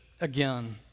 again